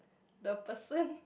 the person